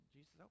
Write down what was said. Jesus